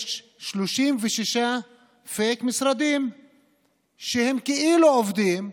יש 36 פייק משרדים שהם כאילו עובדים,